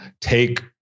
take